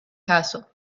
castle